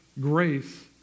grace